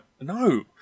No